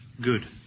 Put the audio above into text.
good